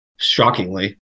Shockingly